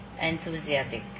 enthusiastic